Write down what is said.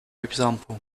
example